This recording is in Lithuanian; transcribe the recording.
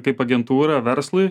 kaip agentūrą verslui